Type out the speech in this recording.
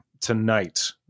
tonight